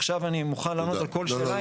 עכשיו אני מוכן לענות על כל שאלה,